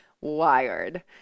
wired